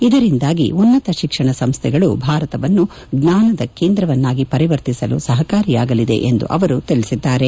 ಇದರಿಂದಾಗಿ ಉನ್ನತ ಶಿಕ್ಷಣ ಸಂಸ್ಥೆಗಳು ಭಾರತವನ್ನು ಜ್ವಾನದ ಕೇಂದ್ರವನ್ನಾಗಿ ಪರಿವರ್ತಿಸಲು ಸಹಕಾರಿಯಾಗಲಿದೆ ಎಂದು ಅವರು ತಿಳಿಸಿದ್ದಾರೆ